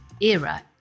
era